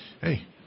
hey